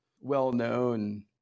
well-known